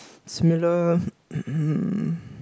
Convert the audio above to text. similar